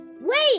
Wait